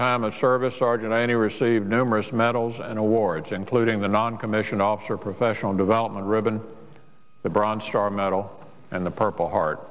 time of service sergeant any received numerous medals and awards including the noncommissioned officer professional development ribbon the bronze star medal and the perp hart